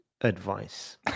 advice